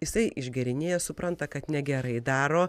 jisai išgėrinėja supranta kad negerai daro